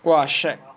!wah! shag